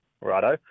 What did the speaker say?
righto